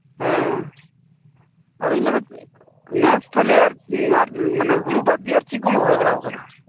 ᱦᱮᱸ ᱟᱫᱚᱧ ᱢᱮᱱᱮᱫ ᱛᱟᱦᱮᱸᱱᱟ ᱱᱮᱥ ᱛᱟᱦᱞᱮ ᱦᱩᱲᱩ ᱵᱟᱫ ᱫᱤᱭᱮ ᱟᱨ ᱪᱮᱫ ᱠᱩᱢ ᱨᱚᱦᱚᱭ ᱵᱟᱲᱟᱣᱟᱠᱟᱫᱟ